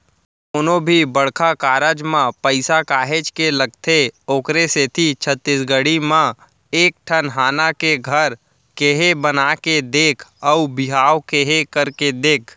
कोनो भी बड़का कारज म पइसा काहेच के लगथे ओखरे सेती छत्तीसगढ़ी म एक ठन हाना हे घर केहे बना के देख अउ बिहाव केहे करके देख